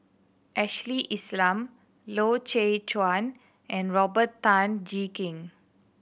Ashley Isham Loy Chye Chuan and Robert Tan Jee Keng